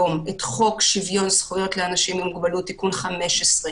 חוק שוויון זכויות לאנשים עם מוגבלות, תיקון 15,